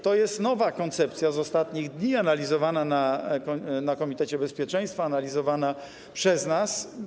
To jest nowa koncepcja, z ostatnich dni, analizowana w komitecie bezpieczeństwa, analizowana przez nas.